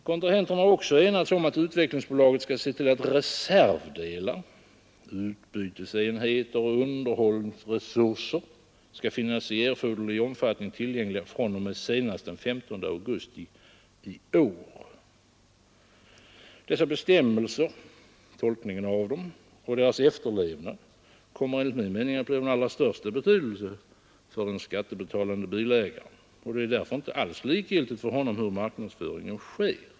Kontrahenterna har också enats om att Utvecklingsbolaget skall se till att reservdelar, utbytesenheter och underhållsresurser skall finnas i erforderlig omfattning tillgängliga fr.o.m. senast den 15 augusti i år. Dessa bestämmelser, tolkningen av dem och deras efterlevnad kommer enligt min mening att bli av den allra största betydelse för den skattebetalande bilägaren. Det är därför inte alls likgiltigt för honom hur marknadsföringen sker.